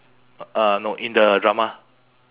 uh no in the drama